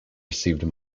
received